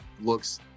looks